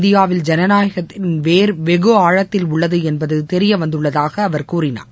இந்தியாவில் ஐனநாயகத்தின் வேர் இதன் மூலம் வெகுஆழத்தில் உள்ளதுஎன்பதுதெரியவந்துள்ளதாகஅவர் கூறினார்